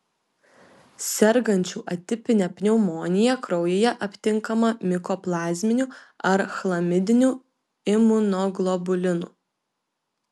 sergančių atipine pneumonija kraujyje aptinkama mikoplazminių ar chlamidinių imunoglobulinų